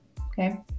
okay